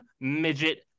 midget